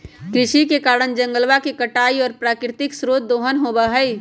कृषि के कारण जंगलवा के कटाई और प्राकृतिक स्रोत के दोहन होबा हई